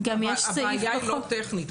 הבעיה היא לא טכנית.